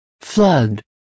Flood